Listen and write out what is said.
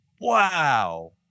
wow